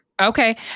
Okay